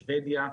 שוודיה,